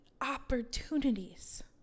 Opportunities